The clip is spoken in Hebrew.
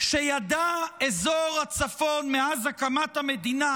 שידע אזור הצפון מאז הקמת המדינה,